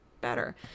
better